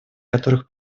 которых